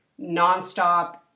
nonstop